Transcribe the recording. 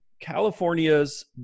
California's